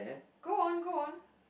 go on go on